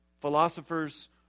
Philosophers